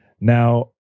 Now